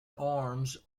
arms